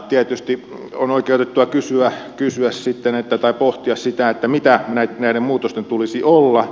tietysti on oikeutettua kysyä tai pohtia sitä mitä näiden muutosten tulisi olla